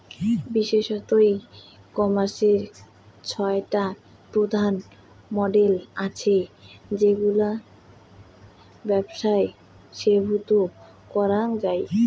বিশেষতঃ ই কমার্সের ছয়টা প্রধান মডেল আছে যেগুলাত ব্যপছাক শ্রেণীভুক্ত করা যায়